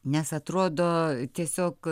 nes atrodo tiesiog